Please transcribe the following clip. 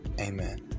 amen